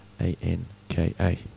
A-N-K-A